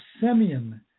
Simeon